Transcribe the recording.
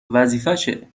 وظیفشه